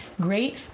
great